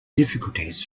difficulties